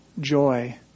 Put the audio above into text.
joy